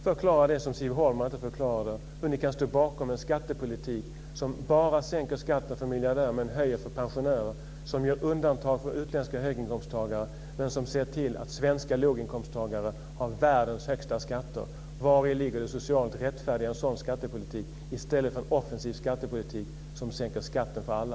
Förklara det som Siv Holma inte förklarade, nämligen hur ni kan stå bakom en skattepolitik som sänker skatten bara för miljardärer men höjer för pensionärer, som gör undantag för utländska höginkomsttagare, men som ser till att svenska låginkomsttagare har världens högsta skatter? Vari ligger det socialt rättfärdiga i en sådan skattepolitik i stället för en offensiv skattepolitik som sänker skatten för alla?